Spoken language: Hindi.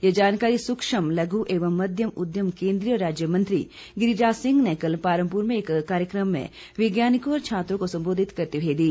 ये जानकारी सुक्ष्म लघू एवं मध्यम उद्यम केंद्रीय राज्यमंत्री गिरीराज सिंह ने कल पालमपुर में एक कार्यक्रम में वैज्ञानिकों और छात्रों को संबोधित करते हुए दी